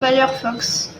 firefox